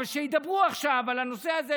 אבל שידברו עכשיו על הנושא הזה,